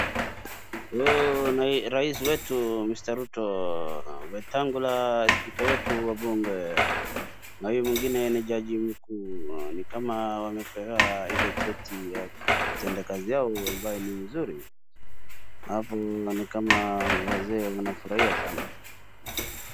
Huu ni rais wetu Mr Ruto, Wetangula spika wetu wa bunge na huyu mwingine ni jaji mkuu ni kama wamepewa ile cheti ya utenda kazi yao ambayo ni mzuri. Hapo ni kama wazee wanafurahia sana.